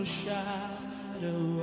shadow